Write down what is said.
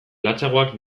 latzagoak